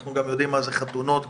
אנחנו גם יודעים מה זה חתונות כשמתחתנים.